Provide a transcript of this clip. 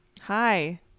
Hi